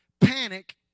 panic